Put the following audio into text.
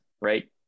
right